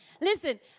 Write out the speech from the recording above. Listen